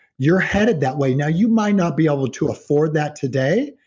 you're headed that way now. you might not be able to afford that today,